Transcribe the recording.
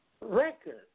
record